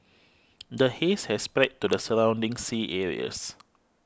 the haze has spread to the surrounding sea areas